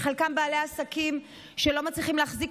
חלקם בעלי עסקים שלא מצליחים להחזיק